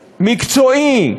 מקצועי,